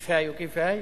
כיפ האי וכיפ האי?